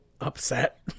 upset